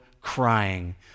crying